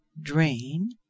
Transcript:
Drain